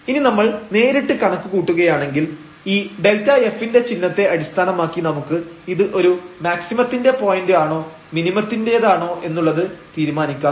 ഇനി നമ്മൾ നേരിട്ട് കണക്കു കൂട്ടുകയാണെങ്കിൽ ഈ Δf ന്റെ ചിഹ്നത്തെ അടിസ്ഥാനമാക്കി നമുക്ക് ഇത് ഒരു മാക്സിമത്തിന്റെ പോയന്റ് ആണോ മിനിമത്തിന്റെയാണോ എന്നുള്ളത് തീരുമാനിക്കാം